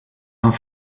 aan